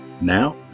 Now